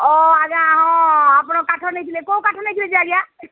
ଓ ଆଜ୍ଞା ହଁ ଆପଣ କାଠ ନେଇଥିଲେ କୋଉ କାଠ ନେଇଥିଲେ ଯେ ଆଜ୍ଞା